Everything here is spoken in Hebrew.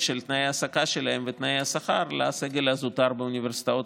של תנאי ההעסקה שלהם ותנאי השכר לסגל הזוטר באוניברסיטאות,